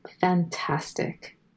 fantastic